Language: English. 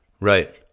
Right